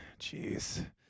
Jeez